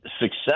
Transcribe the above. success